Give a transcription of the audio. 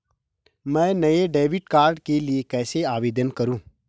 मैं नए debit card के लिए कैसे आवेदन करूं?